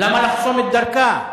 למה לחסום את דרכה?